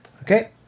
okay